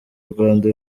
rwanda